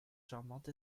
charmante